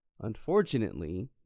Unfortunately